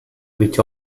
which